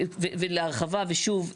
להרחבה ושוב,